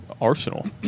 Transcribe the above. Arsenal